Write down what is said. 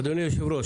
אדוני היושב-ראש,